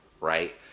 right